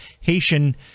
Haitian